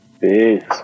Peace